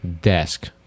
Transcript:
desk